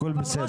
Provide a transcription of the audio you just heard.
הכל בסדר.